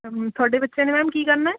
ਤੁਹਾਡੇ ਬੱਚਿਆਂ ਨੇ ਮੈਮ ਕੀ ਕਰਨਾ ਹੈ